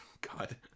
God